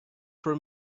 for